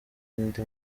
undi